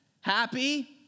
happy